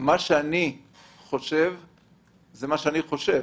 שאני חושב זה מה שאני חושב.